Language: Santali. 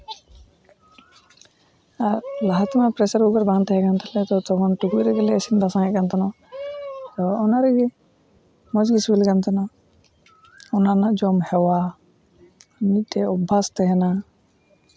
ᱟᱨ ᱞᱟᱦᱟ ᱛᱮᱢᱟ ᱯᱨᱮᱥᱟᱨ ᱠᱩᱠᱟᱨ ᱵᱟᱝ ᱛᱟᱦᱮᱠᱟᱱ ᱛᱟᱞᱮ ᱛᱚᱠᱷᱚᱱ ᱴᱩᱠᱩᱡ ᱨᱮᱜᱮ ᱞᱮ ᱤᱥᱤᱱ ᱵᱟᱥᱟᱝᱮᱫ ᱛᱟᱦᱮᱱ ᱛᱚ ᱚᱱᱟ ᱨᱮᱜᱮ ᱢᱚᱡᱽ ᱜᱮ ᱥᱤᱵᱤᱞ ᱠᱟᱱ ᱛᱟᱦᱮᱱᱟ ᱚᱱᱟ ᱨᱮᱱᱟᱜ ᱡᱚᱢ ᱦᱮᱣᱟ ᱢᱤᱫᱴᱮᱡ ᱚᱵᱽᱵᱷᱟᱥ ᱛᱟᱦᱮᱱᱟ